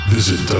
Visit